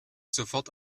sofort